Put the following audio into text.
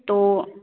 तो